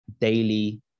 daily